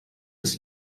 des